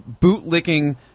bootlicking